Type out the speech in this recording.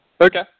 Okay